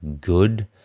good